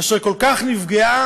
אשר כל כך נפגעה,